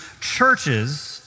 churches